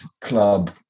club